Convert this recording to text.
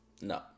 No